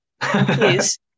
please